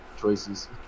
choices